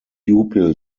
pupil